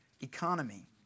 economy